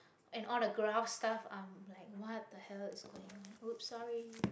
and all the graphs stuff are like what the hell is going on !whoops! sorry